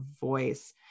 voice